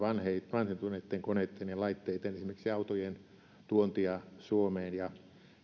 vanhentuneitten koneitten ja laitteitten esimerkiksi autojen tuontia suomeen ja